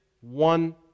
one